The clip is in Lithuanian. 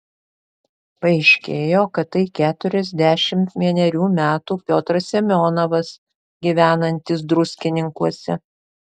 paaiškėjo kad tai keturiasdešimt vienerių metų piotras semionovas gyvenantis druskininkuose